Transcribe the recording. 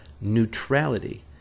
neutrality